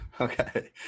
Okay